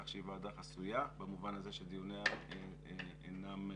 כך שהיא ועדה חסויה במובן זה שדיוניה אינם פומביים,